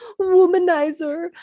womanizer